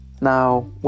Now